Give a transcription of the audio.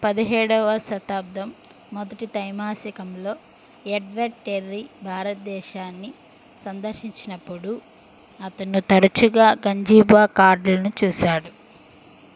పదిహేడవ శతాబ్దం మొదటి త్రైమాసికంలో ఎడ్వర్డ్ టెర్రీ భారతదేశాన్ని సందర్శించినప్పుడు అతను తరచుగా గంజిఫా కార్డులను చూసాడు